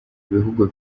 ibihugu